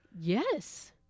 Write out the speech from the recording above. Yes